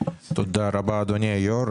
תודה רבה, אדוני היושב-ראש.